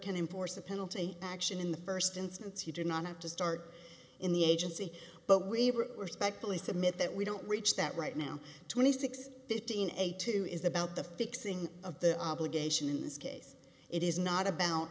can enforce the penalty action in the first instance you do not have to start in the agency but we were respectfully submit that we don't reach that right now twenty six fifteen a two is about the fixing of the obligation in this case it is not about